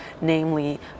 namely